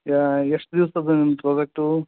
ಎಷ್ಟು ದಿವಸದ್ದು ನಿಮ್ಮ ಪ್ರಾಜೆಕ್ಟೂ